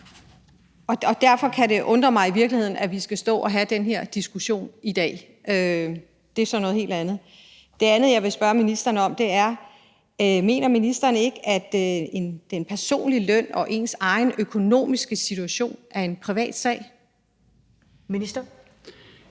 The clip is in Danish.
Derfor kan det i virkeligheden undre mig, at vi skal stå og have den her diskussion i dag. Det er så noget helt andet, men det andet, jeg vil spørge ministeren om, er: Mener ministeren ikke, at den personlige løn og ens egen økonomiske situation er en privatsag? Kl.